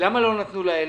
למה לא נתנו ל-1,000?